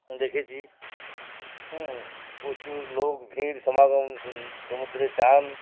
দেখেছি হুম প্রচুর লোক ভিড় সমাগম সমুদ্রে স্নান